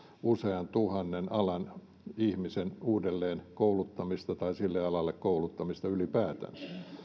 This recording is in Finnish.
usean tuhannen alan ihmisen uudelleen kouluttamista tai sille alalle kouluttamista ylipäätään